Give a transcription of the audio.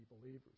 believers